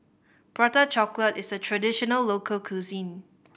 Prata Chocolate is a traditional local cuisine